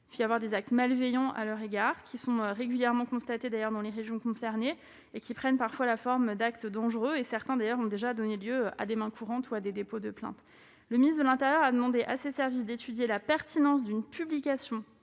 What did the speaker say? : des actes malveillants à leur égard sont régulièrement constatés dans les régions concernées, prenant parfois la forme d'actes dangereux, dont certains ont donné lieu à dépôt de plainte ou de main courante. M. le ministre de l'intérieur a demandé à ses services d'étudier la pertinence d'une publication